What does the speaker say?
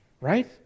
right